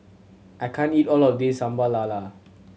I can't eat all of this Sambal Lala